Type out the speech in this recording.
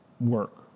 work